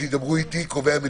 פתחנו מסגרות לחולי קורונה.